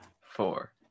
Four